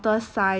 actually